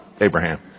Abraham